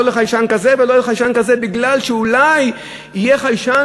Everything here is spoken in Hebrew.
לא לחיישן כזה ולא לחיישן כזה מפני שאולי יהיה חיישן